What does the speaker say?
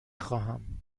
خواهم